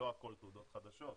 לא הכל תעודות חדשות,